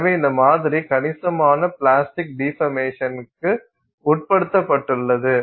எனவே இந்த மாதிரி கணிசமான பிளாஸ்டிக் டிபர்மேஷன்னுக்கு உட்பட்டுள்ளது